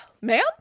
ma'am